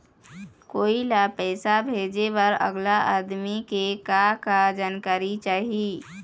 कोई ला पैसा भेजे बर अगला आदमी के का का जानकारी चाही?